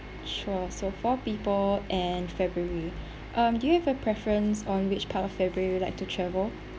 sure so four people and february um do you have a preference on which part of february you would like to travel